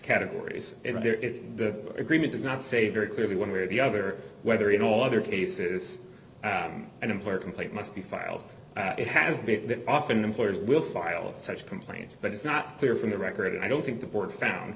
categories and there is the agreement does not say very clearly one way or the other whether in all other cases an employer complaint must be filed it has been that often employers will file such complaints but it's not clear from the record and i don't think the board found